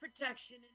protection